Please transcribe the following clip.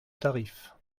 tarif